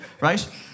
right